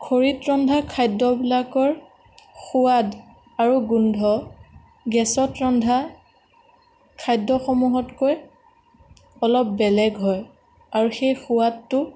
খৰিত ৰন্ধা খাদ্যবিলাকৰ সোৱাদ আৰু গোন্ধ গেছত ৰন্ধা খাদ্যসমূহতকৈ অলপ বেলেগ হয় আৰু সেই সোৱাদটো